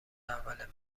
اول